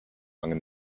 lange